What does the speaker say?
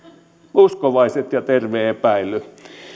uskovaiset ja terve epäily